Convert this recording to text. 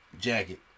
Jacket